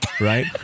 right